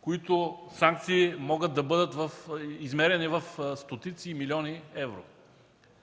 които санкции могат да бъдат измерени в стотици милиони евро.